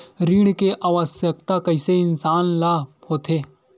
ऋण के आवश्कता कइसे इंसान ला होथे?